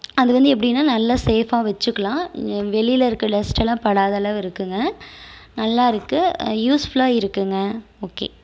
அதுவந்து எப்படினா நல்ல சேஃப்பாக வச்சுக்கலாம் வெளிலேருக்க டஸ்ட்டுலாம் படாதளவுருக்குதுங்க நல்லாருக்குது யூஸ்ஃபுல்லாக இருக்குங்க ஓகே